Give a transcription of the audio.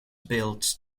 built